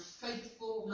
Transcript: faithful